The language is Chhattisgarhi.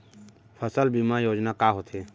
फसल बीमा योजना का होथे?